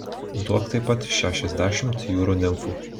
duok taip pat šešiasdešimt jūrų nimfų